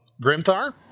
Grimthar